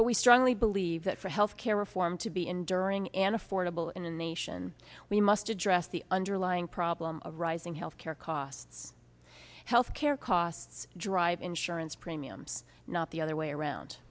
but we strongly believe that for health care reform to be enduring and affordable in a nation we must address the underlying problem of rising health care costs health care costs drive insurance premiums not the other way around